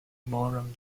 ballroom